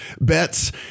bets